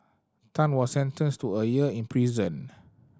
Tan was sentenced to a year in prison